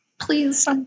please